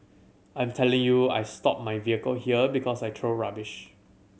I'm telling you I stop my vehicle here because I throw rubbish